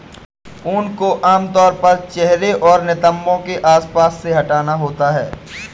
ऊन को आमतौर पर चेहरे और नितंबों के आसपास से हटाना होता है